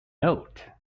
note